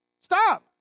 Stop